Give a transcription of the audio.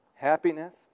Happiness